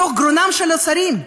מתוך גרונם של השרים,